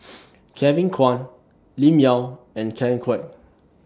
Kevin Kwan Lim Yau and Ken Kwek